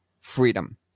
freedom